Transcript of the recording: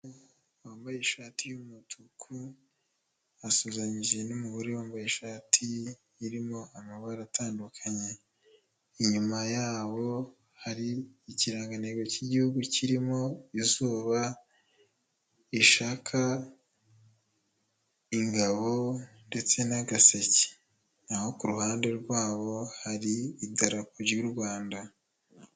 Umuntu wambaye ishati y'umutuku asuhuzanyije n'umugore wambaye ishati irimo amabara atandukanye, inyuma yabo hari ikirangantego cy'igihugu kirimo izuba, rishaka, ingabo ndetse n'agaseke, naho ku ruhande rwabo hari idarapo ry'u Rwanda.